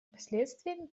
последствиями